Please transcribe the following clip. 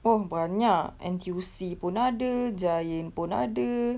oh banyak N_T_U_C pun ada giant pun ada